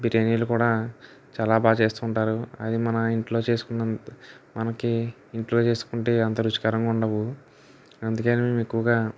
బిర్యానీలు కూడా చాలా బాగా చేస్తుంటారు అది మన ఇంట్లో చేసుకున్న మనకి ఇంట్లో చేసుకుంటే అంత రుచికరంగా ఉండవు అందుకని ఎక్కువగా